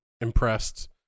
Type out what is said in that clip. impressed